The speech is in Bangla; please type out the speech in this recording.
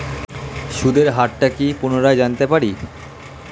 সুদের হার টা কি পুনরায় জানতে পারি?